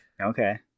Okay